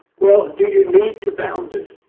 well, do you need to bound it?